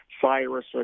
Cyrus